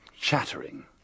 chattering